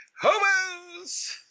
Hobos